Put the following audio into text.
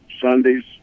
Sundays